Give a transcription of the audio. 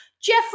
Jeffrey